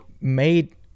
made